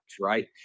right